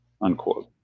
unquote